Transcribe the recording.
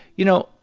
you know,